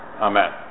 Amen